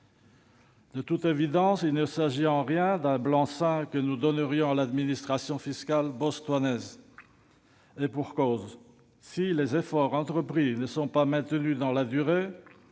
De toute évidence, il ne s'agit en rien d'un blanc-seing que nous donnerions à l'administration fiscale botswanaise : si les efforts entrepris ne sont pas maintenus dans la durée,